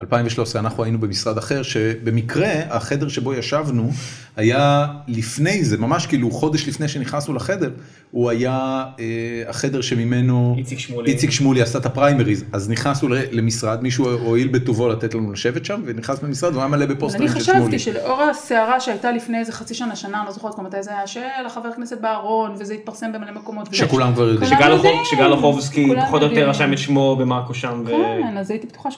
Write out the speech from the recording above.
2013 אנחנו היינו במשרד אחר, שבמקרה, החדר שבו ישבנו היה לפני זה, ממש כאילו חודש לפני שנכנסנו לחדר, הוא היה החדר שממנו איציק שמולי עשה את הפריימריז. אז נכנסנו למשרד, מישהו הועיל בטובו לתת לנו לשבת שם, ונכנסנו למשרד והוא היה מלא בפוסטרים של שמולי. ואני חשבתי שלאור הסערה שהייתה לפני איזה חצי שנה, שנה, אני לא זוכרת כבר מתי זה היה, של חבר כנסת בארון, וזה התפרסם במלא מקומות... שכולם כבר יודעים. שגל אוחובסקי פחות או יותר רשם את שמו במאקו שם ו... כן, אז הייתי בטוחה